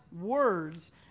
words